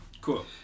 Cool